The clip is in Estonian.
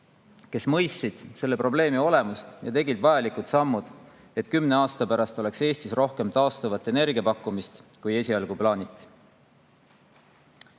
kes mõistis selle probleemi olemust ja tegi vajalikud sammud, et kümne aasta pärast oleks Eestis rohkem taastuva energia pakkumist, kui esialgu plaaniti.